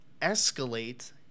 escalate